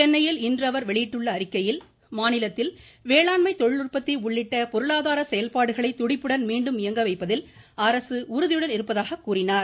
சென்னையில் இன்று அவர் வெளியிட்டுள்ள அறிக்கையில் மாநிலத்தில் வேளாண்மை தொழில்உற்பத்தி உள்ளிட்ட பொருளாதார செயல்பாடுகளை துடிப்புடன் மீண்டும் இயங்க வைப்பதில் அரசு உறுதியுடன் இருப்பதாக கூறினார்